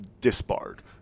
disbarred